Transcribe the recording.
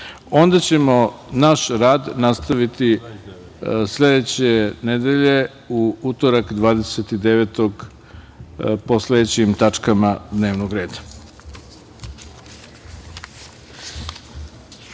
Onda ćemo naš rad nastaviti sledeće nedelje, u utorak 29. juna, po sledećim tačkama dnevnog